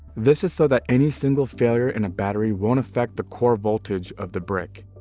this is so that any single failure in a battery won't affect the core voltage of the brick.